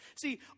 See